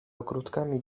ogródkami